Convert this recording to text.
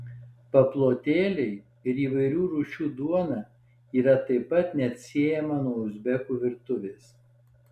paplotėliai ir įvairių rūšių duona yra taip pat neatsiejama nuo uzbekų virtuvės